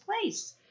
place